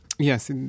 Yes